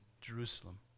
Jerusalem